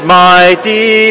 mighty